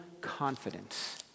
confidence